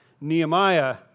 Nehemiah